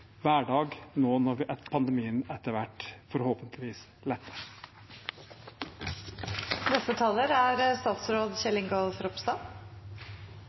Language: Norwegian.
nå når pandemien etter hvert forhåpentligvis